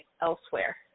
elsewhere